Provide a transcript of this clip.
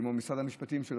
כמו משרד המשפטים.